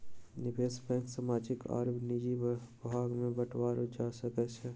निवेश बैंक सामाजिक आर निजी भाग में बाटल जा सकै छै